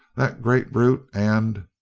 that great brute and